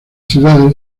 ciudades